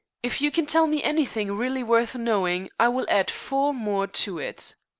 if you can tell me anything really worth knowing i will add four more to it.